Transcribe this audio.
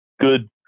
good